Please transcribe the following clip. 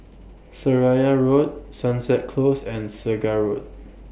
Seraya Road Sunset Close and Segar Road